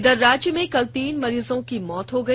इधर राज्य में कल तीन मरीजों की मौत हो गई